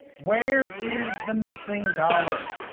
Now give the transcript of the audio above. where is the missing dollar?